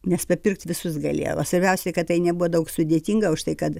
nes papirkt visus galėjo o svarbiausia kad tai nebuvo daug sudėtinga už tai kad